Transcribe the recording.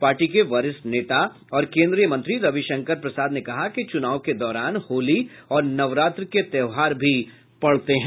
party के वरिष्ठ नेता और केन्द्रीय मंत्री रविशंकर प्रसाद ने कहा कि चुनाव के दौरान होली और नवरात्र के त्योहार भी पड़ते हैं